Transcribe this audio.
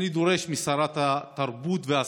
אני דורש משרת התרבות והספורט: